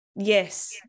yes